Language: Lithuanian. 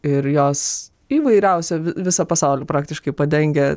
ir jos įvairiausią visą pasaulį praktiškai padengia